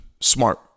smart